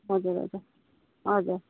हजुर हजुर हजुर